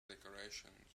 decorations